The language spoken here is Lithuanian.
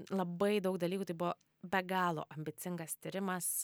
labai daug dalykų tai buvo be galo ambicingas tyrimas